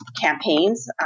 campaigns